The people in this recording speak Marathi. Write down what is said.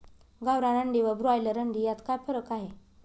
गावरान अंडी व ब्रॉयलर अंडी यात काय फरक आहे?